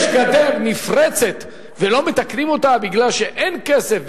גדר נפרצת ולא מתקנים אותה מפני שאין כסף,